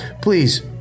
please